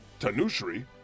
Tanushri